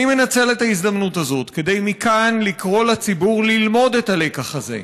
אני מנצל את ההזדמנות הזאת כדי לקרוא מכאן לציבור ללמוד את הלקח הזה.